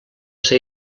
ser